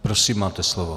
Prosím, máte slovo.